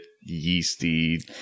yeasty